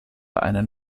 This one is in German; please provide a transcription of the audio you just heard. einen